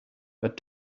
but